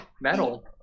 metal